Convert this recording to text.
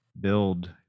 build